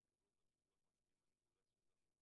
דיון מהיר: חברות הביטוח מפעילות מניפולציות על